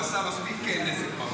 הוא עשה מספיק נזק.